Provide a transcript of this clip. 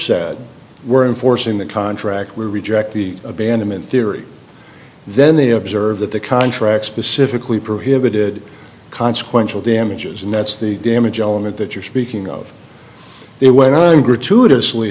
said we're enforcing the contract we reject the abandonment theory then they observe that the contract specifically prohibited consequential damages and that's the damage element that you're speaking of it went on gratuitously